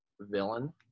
villain